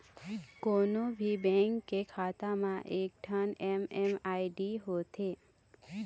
कोनो भी बेंक के खाता म एकठन एम.एम.आई.डी होथे